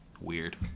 weird